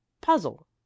Puzzle